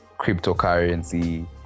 cryptocurrency